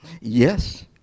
yes